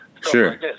Sure